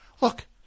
Look